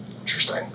Interesting